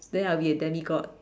then I'll be a demigod